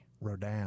Rodan